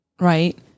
right